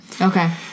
Okay